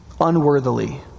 unworthily